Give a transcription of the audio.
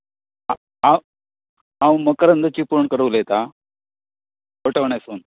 हांव मक्रंद चिपलूणकर उलयतां भटवण्यासून